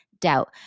doubt